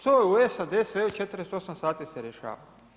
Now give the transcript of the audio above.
To je u SAD-u 48 sati se rješava.